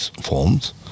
forms